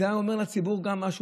זה היה אומר לציבור גם משהו,